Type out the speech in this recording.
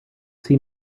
see